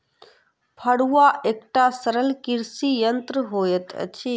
फड़ुआ एकटा सरल कृषि यंत्र होइत अछि